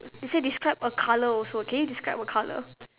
they say describe a colour also can you describe a colour